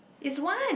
is one